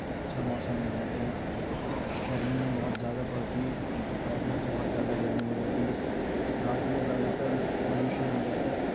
اچھا موسم ہو جاتا ہے گرمیاں بہت زیادہ پڑتی ہے دوپہر میں تو بہت زیادہ گرمی ہو جاتی ہے رات میں زیادہ تر پالیوشن ہو جاتا ہے